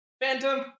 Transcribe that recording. Phantom